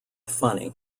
funny